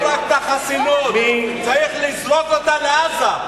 לא רק את החסינות, צריך לזרוק אותה לעזה.